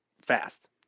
fast